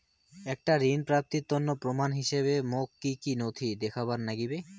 একটা ঋণ প্রাপ্তির তন্ন প্রমাণ হিসাবে মোক কী কী নথি দেখেবার নাগিবে?